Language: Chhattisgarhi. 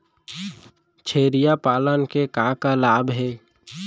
छेरिया पालन के का का लाभ हे?